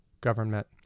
government